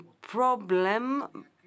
problem